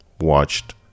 watched